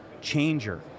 changer